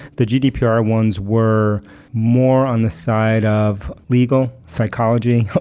the gdpr ones were more on the side of legal psychology,